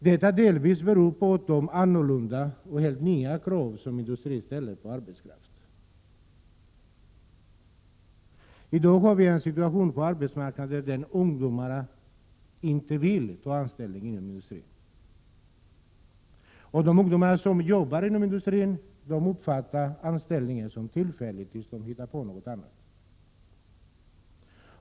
Det beror delvis på de annorlunda och helt nya krav som industrin ställer på arbetskraften. I dag har vi en situation på arbetsmarknaden där ungdomarna inte vill ta anställning inom industrin, och de ungdomar som jobbar inom industrin uppfattar anställningen som tillfällig till dess de hittar något annat.